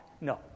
No